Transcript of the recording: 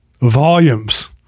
volumes